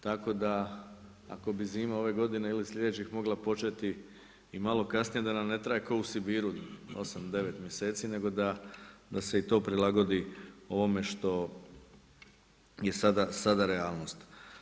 Tako da, ako bi zima ove godine ili sljedećih mogla početi i malo kasnije da nam ne traje kao u Sibiru 8, 9 mjeseci, nego da se i to prilagodi ovome što je sada realnost.